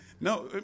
no